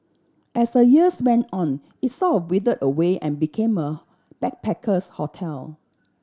as the years went on it sort of withered away and became a backpacker's hotel